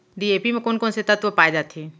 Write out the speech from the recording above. DAP म कोन कोन से तत्व पाए जाथे?